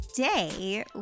Today